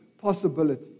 possibility